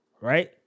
right